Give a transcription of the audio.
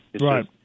Right